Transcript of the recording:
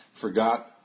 forgot